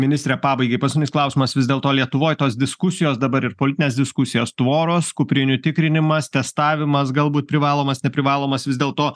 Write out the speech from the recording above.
ministre pabaigai paskutinis klausimas vis dėlto lietuvoj tos diskusijos dabar ir politinės diskusijos tvoros kuprinių tikrinimas testavimas galbūt privalomas neprivalomas vis dėlto